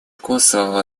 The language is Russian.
косово